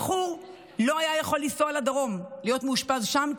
הבחור לא היה יכול לנסוע לדרום ולהיות מאושפז שם,